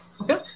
Okay